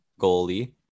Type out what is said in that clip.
goalie